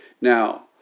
Now